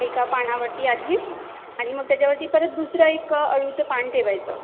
एका पानावरती आधी आणि मग त्याच्यावरती परत दुसरं एक अळूचं पान ठेवायचं